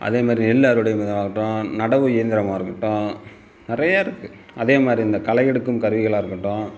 அதே மாதிரி நெல் அறுவடை இதாகட்டும் நடவு இயந்திரமாக இருக்கட்டும் நிறைய இருக்குது அதே மாதிரி இந்த களை எடுக்கும் கருவிகளாக இருக்கட்டும்